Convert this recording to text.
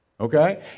Okay